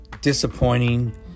disappointing